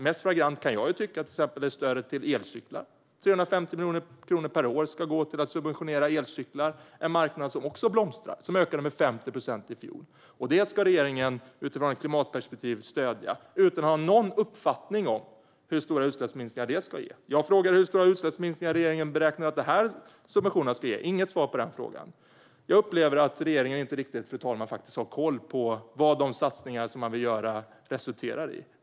Mest flagrant, kan jag tycka, är till exempel stödet till elcyklar. 350 miljoner kronor per år ska gå till att subventionera elcyklar. Det är en marknad som också blomstrar och som ökade med 50 procent i fjol. Detta ska regeringen utifrån ett klimatperspektiv stödja utan att ha någon uppfattning om hur stora utsläppsminskningar det ska ge. Jag frågade hur stora utsläppsminskningar regeringen beräknar att dessa subventioner ska ge. Jag får inget svar på den frågan. Jag upplever att regeringen inte riktigt, fru talman, har koll på vad de satsningar som man vill göra resulterar i.